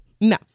no